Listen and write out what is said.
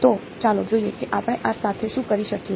તો ચાલો જોઈએ કે આપણે આ સાથે શું કરી શકીએ